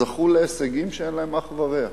זכו להישגים שאין להם אח ורע.